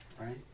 right